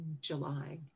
July